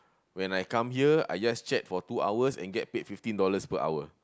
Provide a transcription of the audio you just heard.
when I come here I just chat for two hours and get paid fifteen dollars per hour